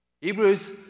Hebrews